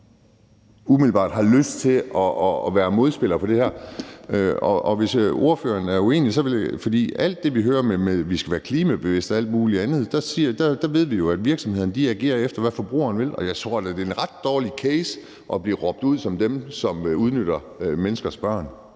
umiddelbart har lyst til at være modspiller på det her. Vi hører alt muligt om, at vi skal være klimabevidste og alt muligt andet, og der ved vi, at virksomhederne agerer efter, hvad forbrugeren vil, og jeg tror da, det er en ret dårlig case at blive råbt ud som dem, som udnytter børn